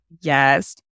Yes